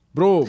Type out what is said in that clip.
Bro